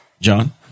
John